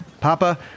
Papa